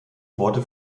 worte